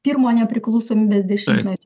pirmą nepriklausomybės dešimtmetį